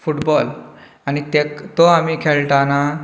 football आनी तेक तो आमी खेळटाना